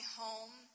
home